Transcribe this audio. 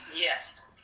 yes